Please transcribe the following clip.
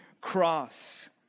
cross